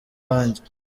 wanjye